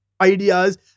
ideas